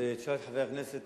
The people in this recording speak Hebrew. תשאל את חבר הכנסת